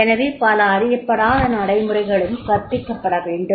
எனவே பல அறியப்படாத நடைமுறைகளும் கற்பிக்கப்பட வேண்டும்